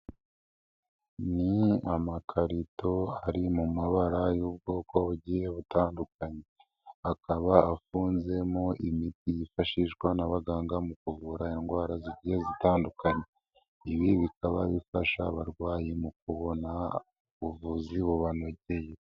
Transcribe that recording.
Ni amakarito ari mu mabara y'ubwoko bugiye butandukanye. Akaba afunzemo imiti yifashishwa n'abaganga mu kuvura indwara zigiye zitandukanye. Ibi bikaba bifasha abarwayi mu kubona ubuvuzi bubanogeye.